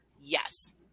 Yes